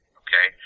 okay